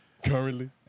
Currently